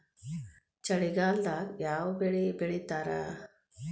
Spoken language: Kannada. ಚಳಿಗಾಲದಾಗ್ ಯಾವ್ ಬೆಳಿ ಬೆಳಿತಾರ?